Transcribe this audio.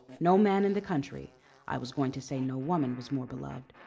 no man in the country i was going to say no woman was more beloved,